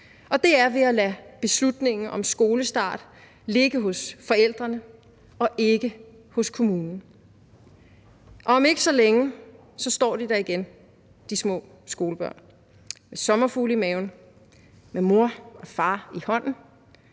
det er ved at lade beslutningen om skolestart ligge hos forældrene og ikke hos kommunen. Om ikke så længe står de der igen: de små skolebørn med sommerfugle i maven, med mor og far i hånden,